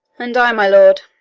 and i, my lord.